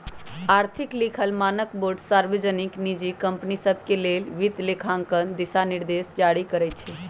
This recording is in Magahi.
आर्थिक लिखल मानकबोर्ड सार्वजनिक, निजी कंपनि सभके लेल वित्तलेखांकन दिशानिर्देश जारी करइ छै